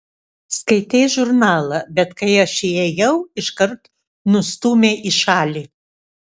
skaitei žurnalą bet kai aš įėjau iškart nustūmei į šalį